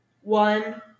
One